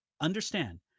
understand